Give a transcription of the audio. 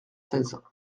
seize